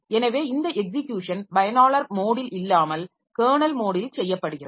எனவே இந்த எக்ஸிக்யூஷன் பயனாளர் மோடில் இல்லாமல் கெர்னல் மோடில் செய்யப்படுகிறது